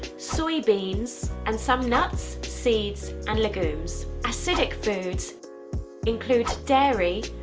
soy beans and some nuts, seeds and legumes. acidic foods include dairy,